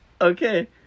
Okay